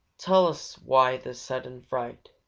tell us why this sudden fright,